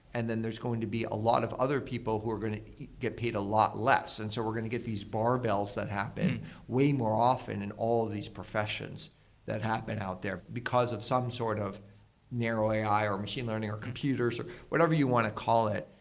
and then, there's going to be a lot of other people who are going to get paid a lot less. and so we're going to get these barbells that happen way more often in all of these professions that happen out there, because it's some sort of narrow a i, or machine learning, or computers, or whatever you want to call it.